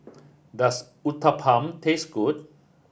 does Uthapam taste good